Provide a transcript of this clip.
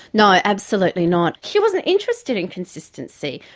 no. absolutely not. she wasn't interested in consistency.